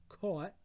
caught